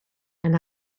and